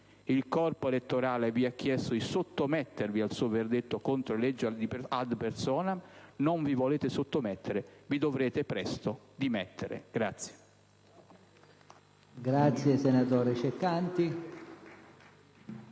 Il corpo elettorale vi ha chiesto di sottomettervi al suo verdetto contro le leggi *ad personam.* Non vi volete sottomettere? Vi dovrete presto dimettere.